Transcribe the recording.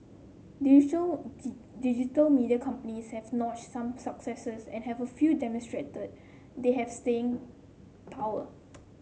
digital digital media companies have notched some successes and have a few demonstrated they have staying power